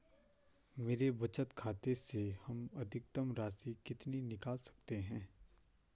मेरे बचत खाते से हम अधिकतम राशि कितनी निकाल सकते हैं?